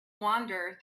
wander